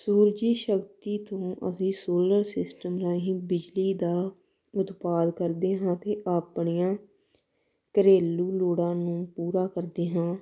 ਸੂਰਜੀ ਸ਼ਕਤੀ ਤੋਂ ਅਸੀਂ ਸੋਲਰ ਸਿਸਟਮ ਰਾਹੀਂ ਬਿਜਲੀ ਦਾ ਉਤਪਾਦ ਕਰਦੇ ਹਾਂ ਅਤੇ ਆਪਣੀਆਂ ਘਰੇਲੂ ਲੋੜਾਂ ਨੂੰ ਪੂਰਾ ਕਰਦੇ ਹਾਂ